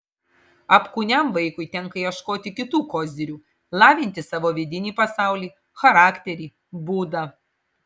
apkūniam vaikui tenka ieškoti kitų kozirių lavinti savo vidinį pasaulį charakterį būdą